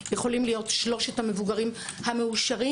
יכולים להיות שלושת המבוגרים המאושרים